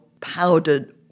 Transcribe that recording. powdered